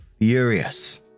furious